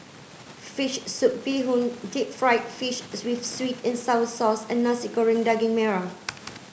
fish soup bee hoon deep fried fish with sweet and sour sauce and Nasi Goreng Daging Merah